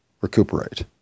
recuperate